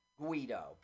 Guido